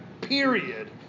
period